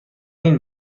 این